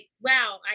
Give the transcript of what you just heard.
wow